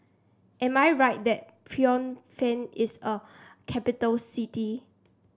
am I right that Phnom Penh is a capital city